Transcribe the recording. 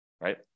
right